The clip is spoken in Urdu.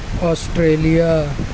آسٹریلیا